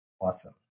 Awesome